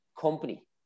company